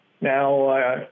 Now